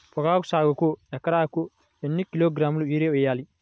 పొగాకు సాగుకు ఎకరానికి ఎన్ని కిలోగ్రాముల యూరియా వేయాలి?